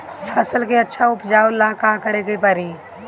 फसल के अच्छा उपजाव ला का करे के परी?